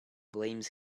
blames